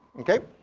okay?